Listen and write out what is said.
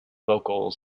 vocals